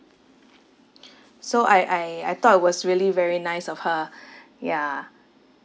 so I I I thought it was really very nice of her ya